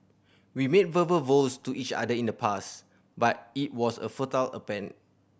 we made verbal vows to each other in the past but it was a futile